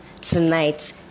tonight